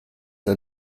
are